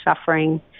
suffering